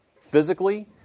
physically